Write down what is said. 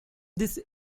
this